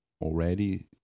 already